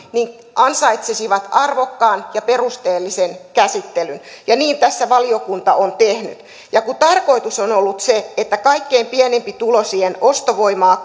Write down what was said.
ansaitsisivat arvokkaan ja perusteellisen käsittelyn ja niin tässä valiokunta on tehnyt ja kun tarkoitus on ollut se että kaikkein pienituloisimpien ostovoimaa